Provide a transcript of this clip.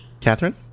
Catherine